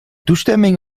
toestemming